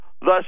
Thus